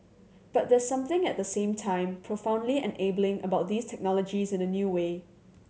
but there's something at the same time profoundly enabling about these technologies in a new way